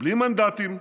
בלי מנדטים,